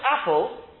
apple